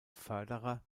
förderer